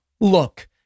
look